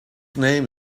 name